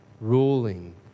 ruling